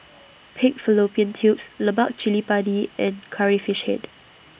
Pig Fallopian Tubes Lemak Cili Padi and Curry Fish Head